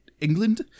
england